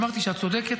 אמרתי שאת צודקת,